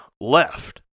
left